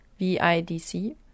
VIDC